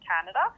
Canada